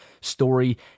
story